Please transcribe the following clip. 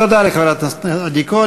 תודה לחברת הכנסת עדי קול.